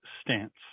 stance